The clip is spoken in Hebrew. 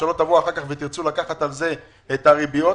שלא תבואו אחר-כך ותרצו לקחת על זה את הריביות,